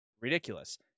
ridiculous